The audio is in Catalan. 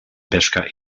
pesca